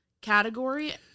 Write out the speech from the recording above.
category